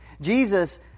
Jesus